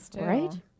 Right